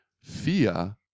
fear